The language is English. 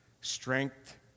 strength